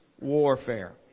warfare